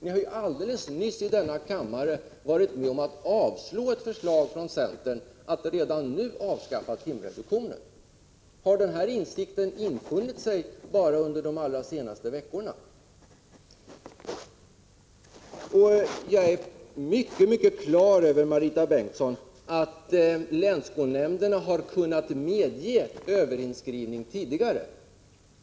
Ni har ju alldeles nyss här i kammaren varit med om att avslå ett förslag från centern om att redan nu avskaffa timreduktionen. Har ni fått ny insikt bara under de senaste veckorna? Jag är mycket klar över att länsskolnämnderna har kunnat medge överinskrivning tidigare.